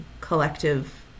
collective